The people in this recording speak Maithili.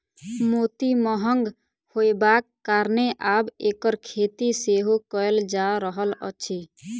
मोती महग होयबाक कारणेँ आब एकर खेती सेहो कयल जा रहल अछि